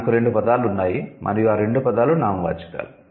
మనకు రెండు పదాలు ఉన్నాయి మరియు ఆ రెండు పదాలు నామవాచకాలు